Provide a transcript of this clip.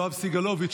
יואב סגלוביץ',